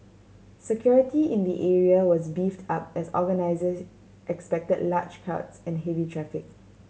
security in the area was beefed up as organisers expected large crowds and heavy traffic